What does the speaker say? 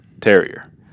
Terrier